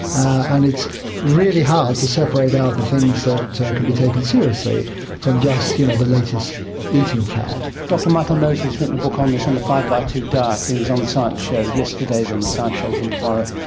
and it's really hard to separate out the things that could be taken seriously from just you know the latest eating fad. dr michael mosley has written a book on this, on the five-by-two diet, he was on the science show yesterday, he is on the science show again tomorrow.